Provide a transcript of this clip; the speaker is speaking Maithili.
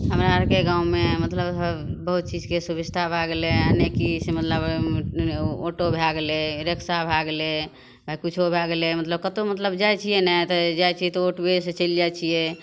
हमरा आओरके गाममे मतलब हर बहुत चीजके सुभिस्ता भै गेलै यानी कि ऑटो भै गेलै रिक्शा भै गेलै आओर किछु भै गेलै मतलब कतहु मतलब जाइ छिए ने तऽ जाइ छिए तऽ ऑटोएसे चलि जाइ छिए